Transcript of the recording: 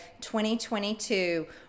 2022